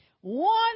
One